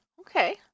Okay